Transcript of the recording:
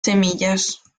semillas